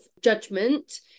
judgment